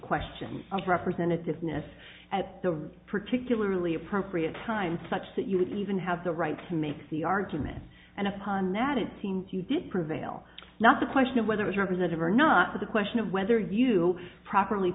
question of representative ness at the particularly appropriate time such that you would even have the right to make the argument and upon that it seems you did prevail not the question of whether it's representative or not the question of whether you properly